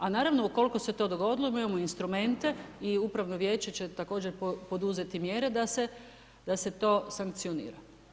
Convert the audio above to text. A naravno ukoliko se to dogodilo, mi imamo instrumente i upravno vijeće će također poduzeti mjere da se to sankcionira.